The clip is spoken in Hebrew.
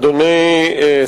אדוני היושב-ראש,